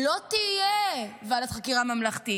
לא תהיה ועדת חקירה ממלכתית.